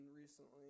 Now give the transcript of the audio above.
recently